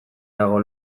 dago